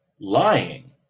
Lying